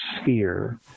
sphere